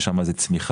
שם זאת צמיחה.